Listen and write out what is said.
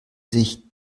sich